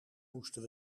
moesten